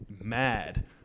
mad